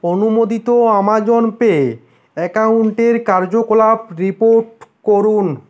অনুমোদিত Amazon pay অ্যাকাউন্টের কার্যকলাপ রিপোর্ট করুন